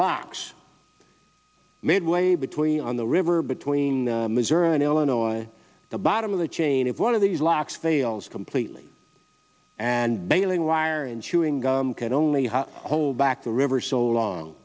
locks midway between on the river between missouri and illinois the bottom of the chain if one of these locks fails completely and bailing wire and chewing gum can only hold back the river so long